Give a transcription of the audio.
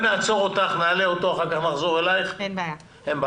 --- נעצור אותך ונעלה את פרופ'